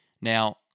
Now